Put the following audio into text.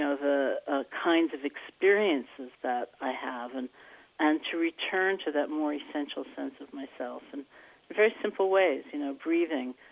the ah kinds of experiences that i have and and to return to that more essential sense of myself in very simple ways you know, breathing,